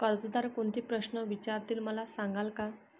कर्जदार कोणते प्रश्न विचारतील, मला सांगाल का?